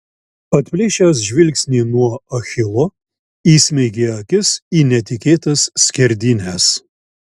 atplėšęs žvilgsnį nuo achilo įsmeigė akis į netikėtas skerdynes